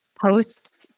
posts